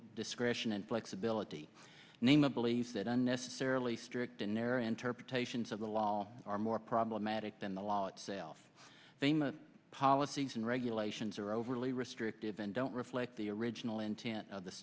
discretion and flexibility naima believes that unnecessarily strict in their interpretations of the wall are more problematic than the law itself the policies and regulations are over really restrictive and don't reflect the original intent of the